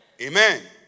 Amen